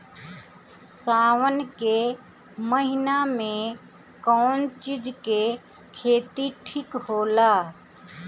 सावन के महिना मे कौन चिज के खेती ठिक होला?